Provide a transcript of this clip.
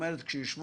שישבו